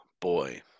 Boy